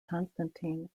constantine